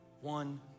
One